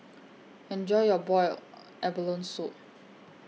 Enjoy your boiled abalone Soup